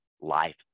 life